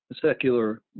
secular